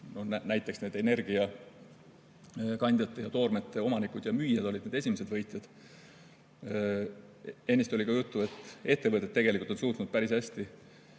Nii ongi, et energiakandjate ja toormete omanikud ja müüjad olid need esimesed võitjad. Ennist oli juttu, et ettevõtted tegelikult on suutnud päris hästi